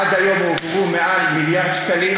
עד היום הועברו יותר ממיליארד שקלים,